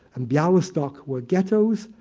and bialystok were ghettos,